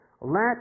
let